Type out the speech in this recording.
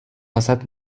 واست